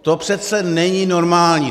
To přece není normální!